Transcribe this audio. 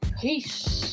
Peace